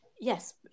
yes